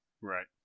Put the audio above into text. Right